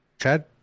Chad